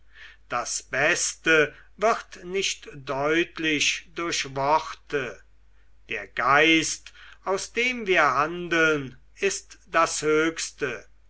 das beste wird nicht deutlich durch worte der geist aus dem wir handeln ist das höchste